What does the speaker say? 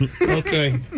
Okay